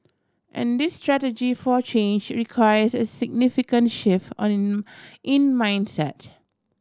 and this strategy for change requires a significant shift on in mindset